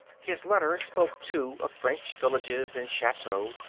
his letter spoke, too, of french villages and chateaux.